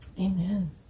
Amen